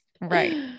Right